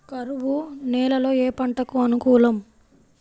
కరువు నేలలో ఏ పంటకు అనుకూలం?